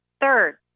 Third